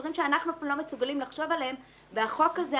דברים שאנחנו אפילו לא מסוגלים לחשוב עליהם והחוק הזה,